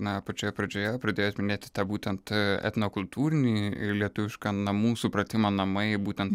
na pačioje pradžioje pradėjot minėti tą būtent etnokultūrinį lietuvišką namų supratimą namai būtent